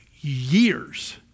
years